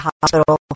Hospital